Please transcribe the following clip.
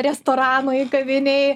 restoranui kavinei